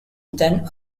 than